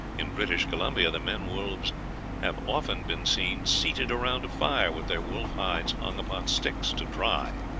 in british columbia the men-wolves have often been seen seated around a fire, with their wolf-hides hung upon sticks to dry!